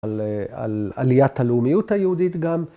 ‫על עליית הלאומיות היהודית גם.